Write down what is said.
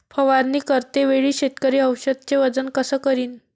फवारणी करते वेळी शेतकरी औषधचे वजन कस करीन?